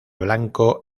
blanco